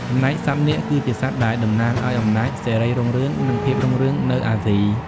ចំណែកសត្វនាគ គឺជាសត្វដែលតំណាងឱ្យអំណាច សិរីរុងរឿង និងភាពរុងរឿងនៅអាស៊ី។